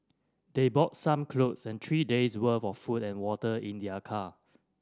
they brought some clothe and three days' worth of food and water in their car